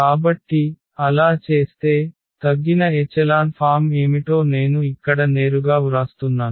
కాబట్టి అలా చేస్తే తగ్గిన ఎచెలాన్ ఫామ్ ఏమిటో నేను ఇక్కడ నేరుగా వ్రాస్తున్నాను